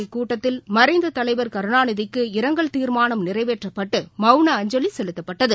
இக்கூட்டத்தில் மறைந்த தலைவர் கருணாநிதிக்கு இரங்கல் தீர்மானம் நிறைவேற்றப்பட்டுமவுன அஞ்சலிசெலுத்தப்பட்டது